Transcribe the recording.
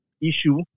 issue